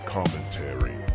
Commentary